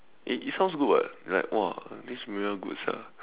it it sounds good [what] like !wah! this mirror good sia